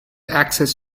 access